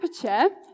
temperature